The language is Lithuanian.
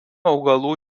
augalų